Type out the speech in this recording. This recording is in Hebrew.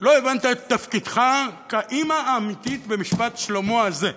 לא הבנת את תפקידך כאימא האמיתית במשפט שלמה הזה.